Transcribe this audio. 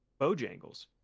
bojangles